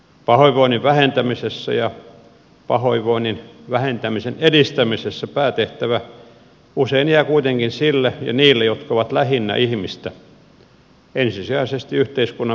pahoinvoinnin vähentämisessä ja pahoinvoinnin vähentämisen edistämisessä päätehtävä usein jää kuitenkin sille ja niille jotka ovat lähinnä ihmistä ensisijaisesti yhteiskunnan perusyksikölle perheelle